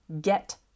get